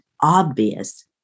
obvious